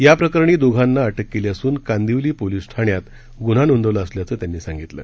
या प्रकरणी दोघाना अटक केली असून कांदिवली पोलीस ठाण्यात गुन्हा नोंदवला असल्याचं त्यांनी सांगितलं